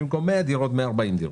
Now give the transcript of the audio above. המטרה היא להגדיל את המלאי.